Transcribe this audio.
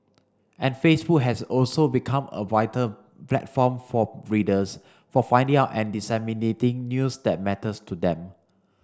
and Facebook has also become a vital platform for readers for finding out and disseminating news that matters to them